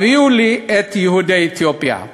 הביאו לי את יהודי אתיופיה.